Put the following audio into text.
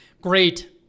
great